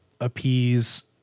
appease